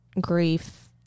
grief